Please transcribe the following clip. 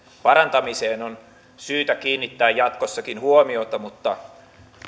parantamiseen on syytä kiinnittää jatkossakin huomiota mutta